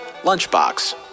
lunchbox